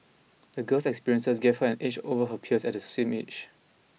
the girl's experiences gave her an edge over her peers at the same age